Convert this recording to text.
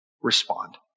Respond